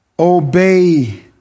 obey